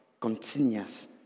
continuous